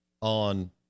on